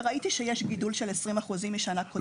וראיתי שיש גידול של 20% משנה קודמת.